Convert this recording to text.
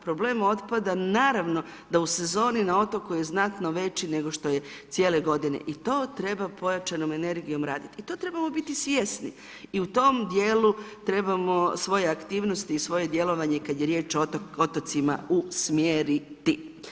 Problem otpada naravno da u sezoni, na otoku je znatno veći nego što je cijele godine i to treba pojačanom energijom radit i to trebamo biti svjesni i u tom djelu trebamo svoje aktivnosti i svoje djelovanje kad je riječ o otocima usmjeriti.